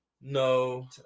No